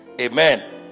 Amen